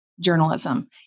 journalism